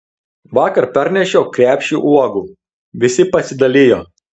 vakar parnešiau krepšį uogų visi pasidalijo